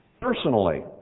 Personally